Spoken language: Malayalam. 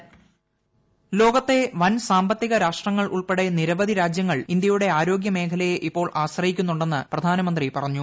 ് വോയ്സ് ലോകത്തെ വൻ സാമ്പത്തിക രാഷ്ട്രങ്ങൾ ഉൾപ്പെടെ നിരവധി രാജ്യങ്ങൾ ഇന്ത്യയുടെ ആരോഗ്യ മേഖലയെ ഇപ്പോൾ ആശ്രയിക്കുന്നുണ്ടെന്ന് പ്രധാനമന്ത്രി പറഞ്ഞു